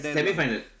semi-final